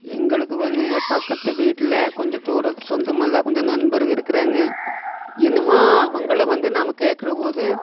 எங்களுக்கு வந்துங்க பக்கத்து வீட்டில் கொஞ்சம் தூரத்து சொந்தமெல்லாம் கொஞ்சம் நண்பருகள் இருக்கிறாங்க என்னும் அவங்களும் வந்து நம்ம கேட்கற போது